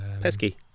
pesky